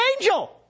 angel